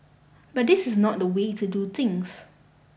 but this is not the way to do things